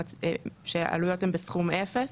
כשהעלויות הן בסכום אפס.